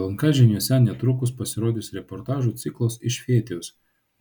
lnk žiniose netrukus pasirodys reportažų ciklas iš fetijos